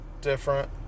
different